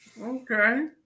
okay